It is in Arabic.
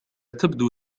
تبدو